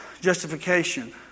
Justification